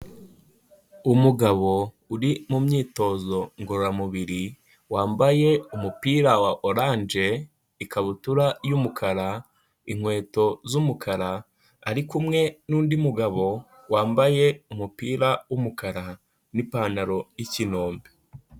Umugabo uri mu myitozo ngororamubiri wambaye umupira wa oranje, ikabutura y'umukara, inkweto z'umukara, ari kumwe n'undi mugabo wambaye umupira w'umukara n'ipantaro y'ikinombe.